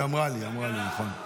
היא אמרה לי, נכון.